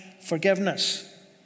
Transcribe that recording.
forgiveness